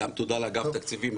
גם תודה לאגף תקציבים,